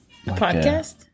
podcast